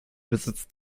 besitzt